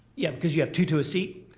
yeah because you have two to a seat.